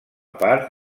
part